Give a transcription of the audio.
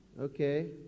Okay